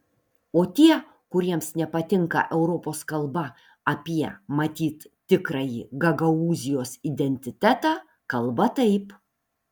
o tie kuriems nepatinka europos kalba apie matyt tikrąjį gagaūzijos identitetą kalba taip